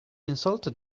insulted